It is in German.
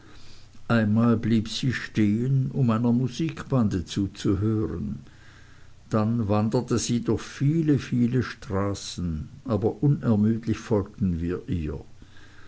einmal blieb sie stehen um einer musikbande zuzuhören dann wanderte sie durch viele viele straßen aber unermüdlich folgten wir ihr